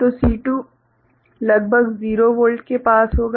तो C2 लगभग 0 volt के पास होगा